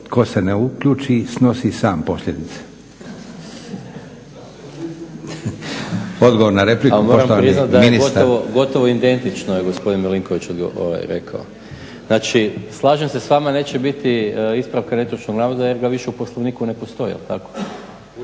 tko se ne uključi snosi sam posljedice. Odgovor na repliku, poštovani ministar. **Maras, Gordan (SDP)** Pa moram priznati da je gotovo identično gospodin Milinković rekao. Znači, slažem se s vama neće biti ispravka netočnog navoda jer ga više u Poslovniku ne postoji jel' tako?